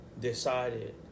decided